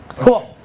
cool.